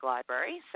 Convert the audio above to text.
Library